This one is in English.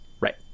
Right